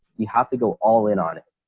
you have to go all in on it.